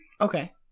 Okay